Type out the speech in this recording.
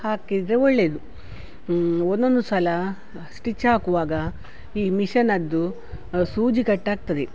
ಹಾಕಿದರೆ ಒಳ್ಳೆಯದು ಒಂದೊಂದು ಸಲ ಸ್ಟಿಚ್ ಹಾಕುವಾಗ ಈ ಮಿಷನದ್ದು ಸೂಜಿ ಕಟ್ಟಾಗ್ತದೆ